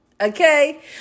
Okay